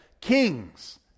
kings